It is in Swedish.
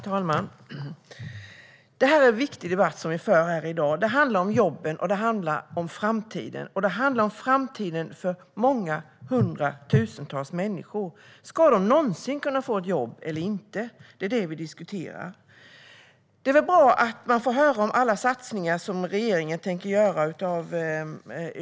Herr talman! Det är en viktig debatt vi för här i dag. Det handlar om jobben, och det handlar om framtiden. Det handlar om framtiden för många hundratusentals människor. Ska de någonsin kunna få ett jobb eller inte? Det är det vi diskuterar. Det är väl bra att vi får höra av Ylva Johansson om alla satsningar regeringen tänker göra.